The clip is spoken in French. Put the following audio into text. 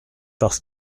parce